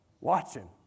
watching